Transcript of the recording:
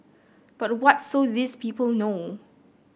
but what so these people know